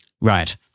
right